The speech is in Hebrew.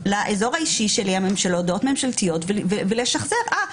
לאזור האישי שלי של ההודעות הממשלתיות ולשחזר אתה יודע,